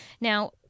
Now